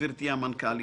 גברתי המנכ"לית,